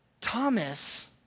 Thomas